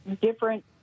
different